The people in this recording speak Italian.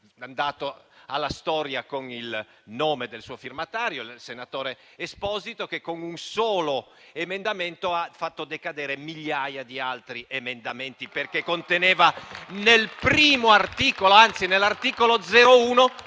andato alla storia con il nome del suo firmatario, il senatore Esposito, che con un solo emendamento ha fatto decadere migliaia di altri emendamenti, perché conteneva nel primo articolo, anzi nell'articolo 01,